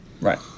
Right